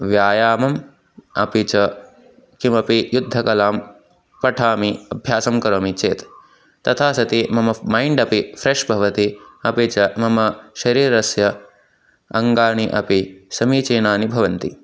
व्यायामम् अपि च किमपि युद्धकलां पठामि अभ्यासं करोमि चेत् तथा सति मम मैण्ड् अपि फ़्रेश् भवति अपि च मम शरीरस्य अङ्गानि अपि समीचीनानि भवन्ति